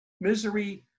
Misery